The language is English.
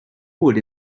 wood